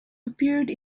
appeared